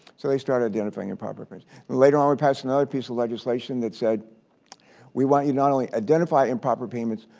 so they started identifying improper payments. later on we passed another piece of legislation that said we want you to not only identify improper payments,